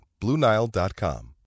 BlueNile.com